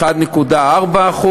1.4%,